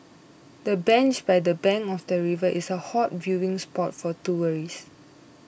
the bench by the bank of the river is a hot viewing spot for tourists